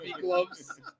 gloves